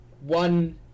one